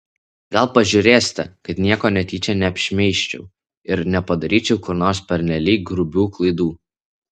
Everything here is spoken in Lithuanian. gal pažiūrėsite kad nieko netyčia neapšmeižčiau ir nepadaryčiau kur nors pernelyg grubių klaidų